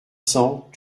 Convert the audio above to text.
cents